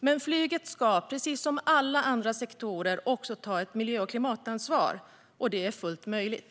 Men precis som alla andra sektorer ska flyget också ta miljö och klimatansvar, och det är fullt möjligt.